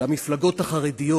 למפלגות החרדיות